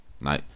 No